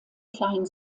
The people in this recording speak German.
kleinen